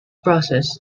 process